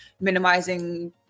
minimizing